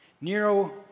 Nero